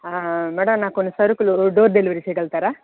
ఆ మేడం నాకు కొన్ని సరుకులు డోర్ డెలివరీ చేయగలుగుతారా